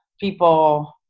people